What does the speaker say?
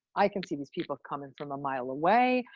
i can see these people coming from a mile away.